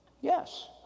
yes